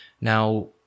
Now